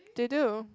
they do